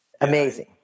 Amazing